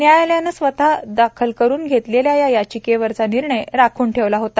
न्यायालयानं स्वतः दाखल करून घेतलेल्या या याचिकेवरचा निर्णय राखून ठेवला होता